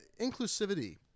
Inclusivity